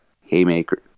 Haymaker